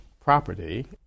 property